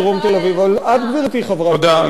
חברת הכנסת רגב, תודה רבה.